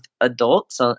adults